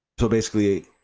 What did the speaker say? to basically,